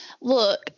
Look